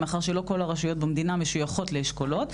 מאחר שלא כל הרשויות במדינה משויכות לאשכולות,